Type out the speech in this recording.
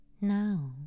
Now